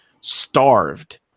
starved